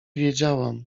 wiedziałam